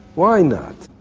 why not?